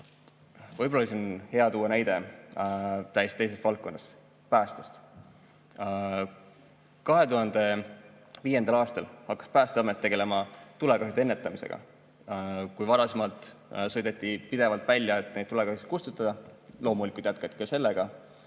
võib-olla on siin hea tuua näide täiesti teisest valdkonnast, päästest. 2005. aastal hakkas Päästeamet tegelema tulekahjude ennetamisega. Kui varasemalt sõideti pidevalt välja, et tulekahjusid kustutada – loomulikult jätkati ka seda